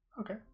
Okay